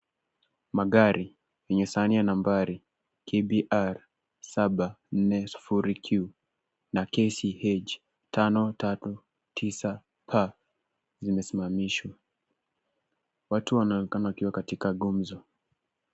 Magari yenye sahani ya nambari KBR 740Q na KCH 539K zimesimamishwa. Watu wanaonekana wakiwa katika gumzo.